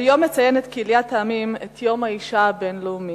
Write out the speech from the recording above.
היום מציינת קהיליית העמים את יום האשה הבין-לאומי.